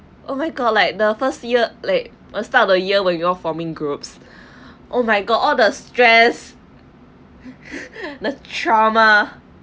oh my god like the first year like a start of the year when you all forming groups oh my god all the stress the trauma